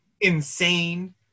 insane